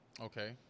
Okay